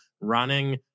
running